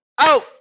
Out